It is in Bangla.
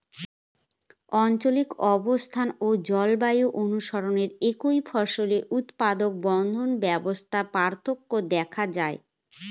আঞ্চলিক অবস্থান ও জলবায়ু অনুসারে একই ফসলের উৎপাদন বন্দোবস্তে পার্থক্য দেখা যায়